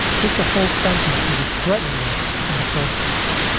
take the full sentence. he was threatened with in the first place.